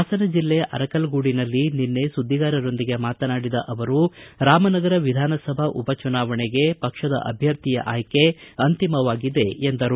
ಹಾಸನ ಜಿಲ್ಲೆ ಅರಕಲಗೂಡಿನಲ್ಲಿ ನಿನ್ನೆ ಸುದ್ದಿಗಾರರೊಂದಿಗೆ ಮಾತನಾಡಿದ ಅವರು ರಾಮನಗರ ವಿಧಾನಸಭಾ ಉಪ ಚುನಾವಣೆಗೆ ಪಕ್ಷದ ಅಭ್ಯರ್ಥಿಯ ಆಯ್ಕೆ ಅಂತಿಮವಾಗಿದೆ ಎಂದರು